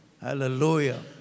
Hallelujah